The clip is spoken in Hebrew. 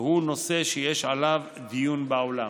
והוא נושא שיש עליו דיון בעולם.